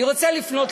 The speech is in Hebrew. אני רוצה לפנות,